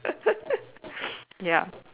ya